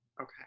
Okay